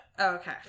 okay